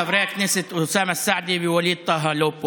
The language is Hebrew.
חברי הכנסת אוסאמה סעדי וווליד טאהא לא פה